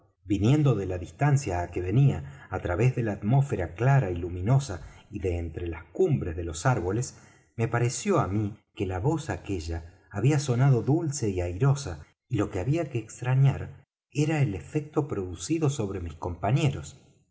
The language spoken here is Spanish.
viniendo de la distancia á que venía á través de la atmósfera clara y luminosa y de entre las cumbres de los árboles me pareció á mí que la voz aquella había sonado dulce y airosa y lo que había que extrañar era el efecto producido sobre mis compañeros